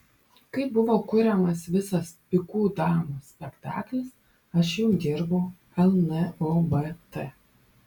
kai buvo kuriamas visas pikų damos spektaklis aš jau dirbau lnobt